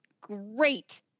great